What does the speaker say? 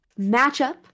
matchup